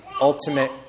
ultimate